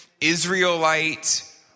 Israelite